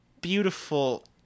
Beautiful